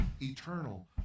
eternal